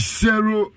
zero